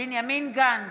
בנימין גנץ,